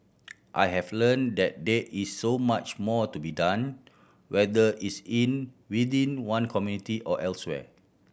I have learn that there is so much more to be done whether it's in within one community or elsewhere